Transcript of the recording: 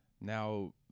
now